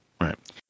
Right